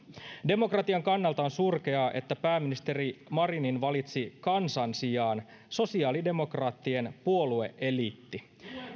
demokratian kannalta on surkeaa että pääministeri marinin valitsi kansan sijaan sosiaalidemokraattien puolue eliitti